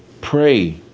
pray